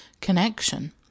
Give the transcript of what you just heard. Connection